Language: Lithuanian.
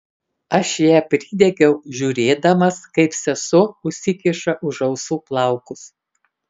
aš ją pridegiau žiūrėdamas kaip sesuo užsikiša už ausų plaukus